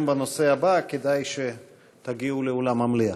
בנושא הבא: כדאי שתגיעו לאולם המליאה.